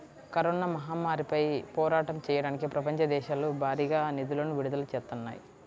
corona మహమ్మారిపై పోరాటం చెయ్యడానికి ప్రపంచ దేశాలు భారీగా నిధులను విడుదల చేత్తన్నాయి